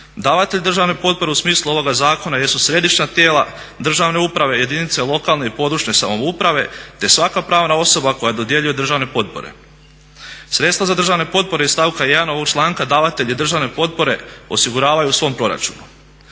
Davatelj državne potpore u smislu ovog zakona jesu središnja tijela državne uprave, jedinice lokalne i područne samouprave te svaka pravna osoba koja dodjeljuje državne potpore. Sredstva za državne potpore iz stavka 1. ovog članka davatelji državne potpore osiguravaju u svom proračunu.